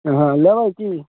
हँ लेबै की